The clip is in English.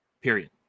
Period